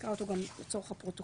נקרא אותו גם לצורך הפרוטוקול.